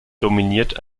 dominiert